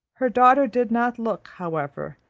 her daughter did not look, however,